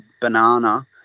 banana